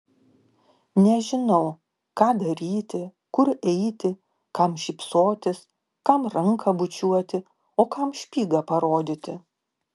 nežinau ką daryti kur eiti kam šypsotis kam ranką bučiuoti o kam špygą parodyti